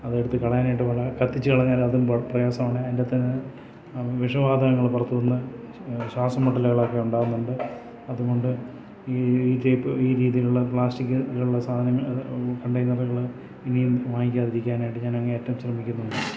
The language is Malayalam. അതെടുത്ത് കളയാനായിട്ട് വളരെ കത്തിച്ച് കളഞ്ഞാൽ അതും പ്രയാസമാണ് അതിൻ്റെ അകത്തെ വിഷവാതങ്ങൾ പുറത്ത് വന്ന് ശ്വാസം മുട്ടലുകൾ ഒക്കെ ഉണ്ടാകുന്നുണ്ട് അതുകൊണ്ട് ഈ ടൈപ്പ് ഈ രീതിയിലുള്ള പ്ലാസ്റ്റിക്ക് ഇതിലുള്ള സാധനങ്ങൾ കണ്ടെയ്നറുകൾ ഇനിയും വാങ്ങിക്കാതിരിക്കാനായിട്ട് ഞാൻ അങ്ങേ അറ്റം ശ്രമിക്കുന്നുണ്ട്